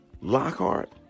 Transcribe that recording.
lockhart